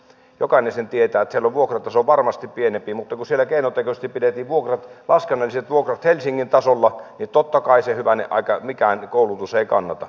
jokainen sen tietää että siellä on vuokrataso varmasti pienempi mutta kun siellä keinotekoisesti pidettiin laskennalliset vuokrat helsingin tasolla niin totta kai hyvänen aika mikään koulutus ei kannata